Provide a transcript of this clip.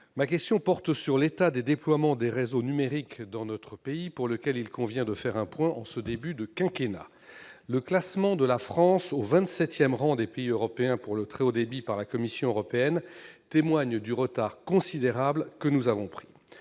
Ma question porte sur l'état du déploiement des réseaux numériques dans notre pays, sur lequel il convient de faire un point en ce début de quinquennat. Le classement de la France au vingt-septième rang des pays européens pour le très haut débit par la Commission européenne témoigne du retard considérable que nous avons pris.